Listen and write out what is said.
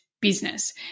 business